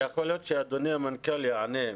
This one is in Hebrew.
יכול להיות שאדוני המנכ"ל יענה,